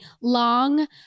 long